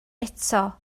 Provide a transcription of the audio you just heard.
eto